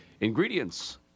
Ingredients